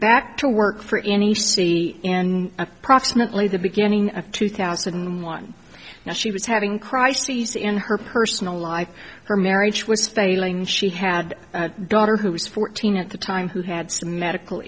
back to work for any c in approximately the beginning of two thousand and one now she was having crises in her personal life her marriage was failing she had a daughter who was fourteen at the time who had some medical